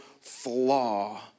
flaw